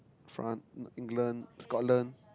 France England Scotland